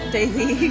Daisy